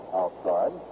outside